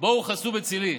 באו חסו בצלי,